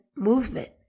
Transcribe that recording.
movement